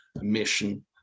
mission